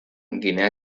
guinea